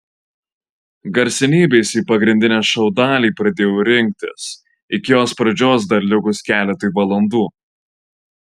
garsenybės į pagrindinę šou dalį pradėjo rinktis iki jos pradžios dar likus keletui valandų